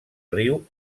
riu